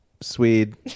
Swede